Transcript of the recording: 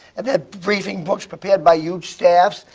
and their briefing books prepared by huge staff,